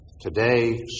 Today